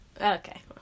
Okay